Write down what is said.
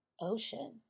ocean